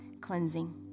cleansing